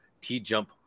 T-Jump